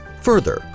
further,